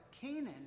Canaan